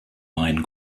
mein